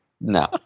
No